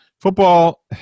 Football